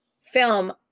film